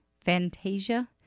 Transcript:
Fantasia